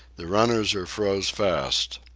the runners are froze fast.